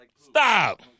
Stop